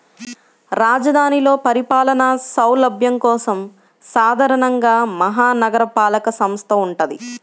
రాజధానిలో పరిపాలనా సౌలభ్యం కోసం సాధారణంగా మహా నగరపాలక సంస్థ వుంటది